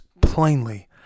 plainly